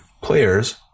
players